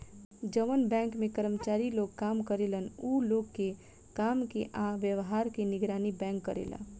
जवन बैंक में कर्मचारी लोग काम करेलन उ लोग के काम के आ व्यवहार के निगरानी बैंक करेला